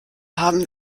haben